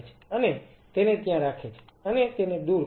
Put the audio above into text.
અને તેને ત્યાં રાખે છે અને તેને દૂર કરે છે